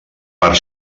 per